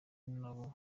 nabo